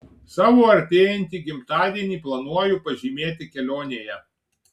savo artėjantį gimtadienį planuoju pažymėti kelionėje